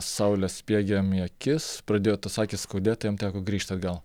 saulė spiegia jam į akis pradėjo tos akys skaudėt jam teko grįžt atgal